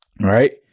right